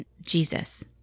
Jesus